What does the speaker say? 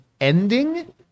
ending